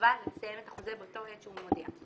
מהחובה לסיים את החוזה באותה עת שהוא מודיע.